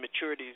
maturities